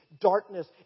darkness